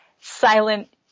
silent